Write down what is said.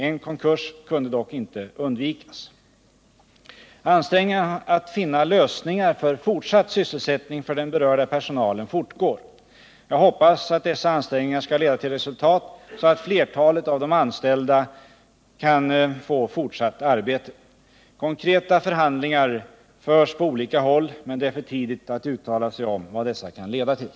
En konkurs kunde dock inte undvikas. Ansträngningarna att finna lösningar för fortsatt sysselsättning för den berörda personalen fortgår. Jag hoppas att dessa ansträngningar skall leda till resultat så att flertalet av de anställda kan få fortsatt arbete. Konkreta förhandlingar förs på olika håll, men det är för tidigt att uttala sig om vad dessa kan leda till.